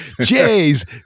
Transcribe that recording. Jay's